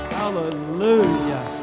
hallelujah